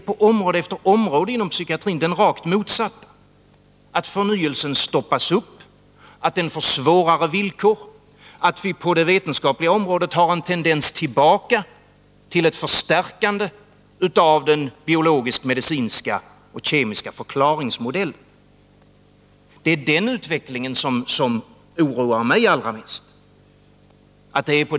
På område efter område inom psykiatrin är ju tendensen att förnyelsen stoppas upp, att den får svårare villkor, att det på det vetenskapliga området är en tendens tillbaka mot ett förstärkande av den biologisk-medicinska och kemiska förklaringsmodellen. Det är den utvecklingen som oroar mig allra mest.